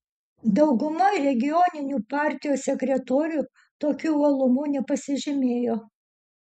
dauguma regioninių partijos sekretorių tokiu uolumu nepasižymėjo